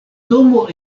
domo